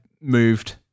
moved